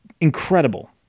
Incredible